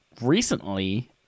Recently